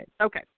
Okay